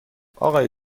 آقای